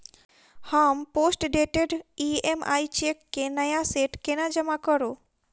हम postdated EMI cheque केँ नया सेट केना जमा करू?